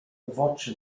watch